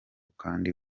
kandi